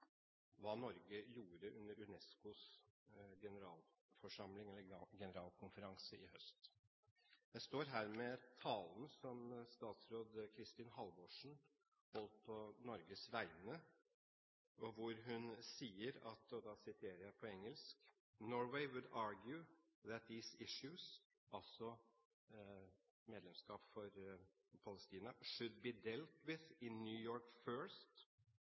hva Norge gjorde under UNESCOs generalkonferanse i høst. Jeg står her med talen som statsråd Kristin Halvorsen holdt på Norges vegne, og hvor hun sier: